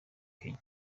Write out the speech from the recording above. kenya